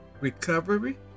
Recovery